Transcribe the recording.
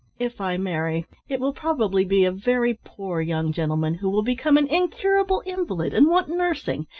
if i marry it will probably be a very poor young gentleman who will become an incurable invalid and want nursing.